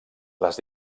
les